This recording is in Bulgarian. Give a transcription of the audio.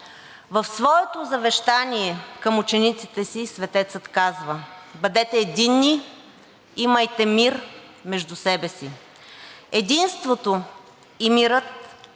В своето завещание към учениците си светецът казва: „Бъдете единни, имайте мир между себе си.“ Единството и мирът